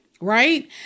right